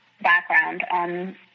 background